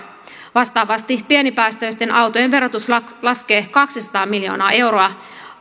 vastaavasti pienipäästöisten autojen verotus laskee kaksisataa miljoonaa euroa